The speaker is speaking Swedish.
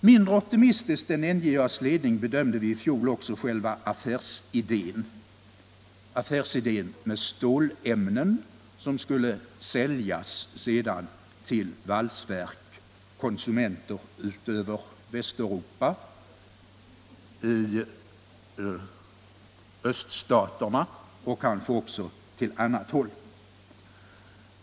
Mindre optimistiskt än NJA:s ledning bedömde vi i fjol också själva affärsidén med stålämnen, som sedan skulle säljas till konsumenter av typ valsverk ute i Västeuropa, i öststaterna och kanske också i andra länder.